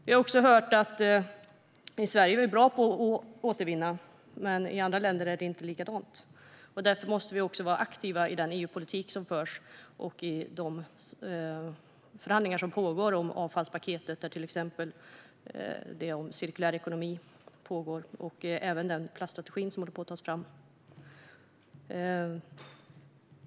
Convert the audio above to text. Vi har hört att vi i Sverige är bra på att återvinna, men i andra länder är det inte likadant. Därför måste vi vara aktiva i den EU-politik som förs och i de förhandlingar som pågår om avfallspaketet. Det gäller till exempel cirkulär ekonomi och även den plaststrategi som håller på att tas fram.